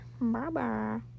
Bye-bye